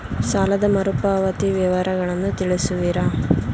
ಸಾಲದ ಮರುಪಾವತಿ ವಿವರಗಳನ್ನು ತಿಳಿಸುವಿರಾ?